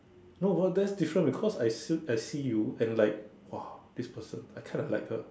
no but that's different because I see I see you and like !wah! this person I kind of like her